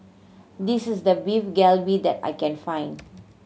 this is the Beef Galbi that I can find